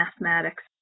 mathematics